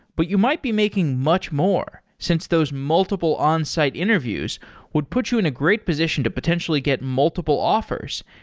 but you might be making much more since those multiple onsite interviews would put you in a great position to potentially get multiple offers,